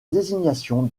désignation